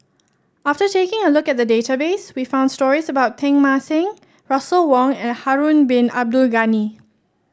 after taking a look at the database we found stories about Teng Mah Seng Russel Wong and Harun Bin Abdul Ghani